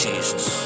Jesus